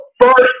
first